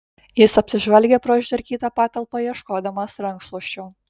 jis apsižvalgė po išdarkytą patalpą ieškodamas rankšluosčio